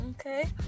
Okay